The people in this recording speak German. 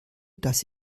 dass